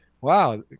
Wow